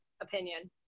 opinion